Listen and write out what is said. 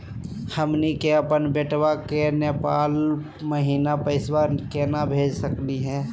हमनी के अपन बेटवा क नेपाल महिना पैसवा केना भेज सकली हे?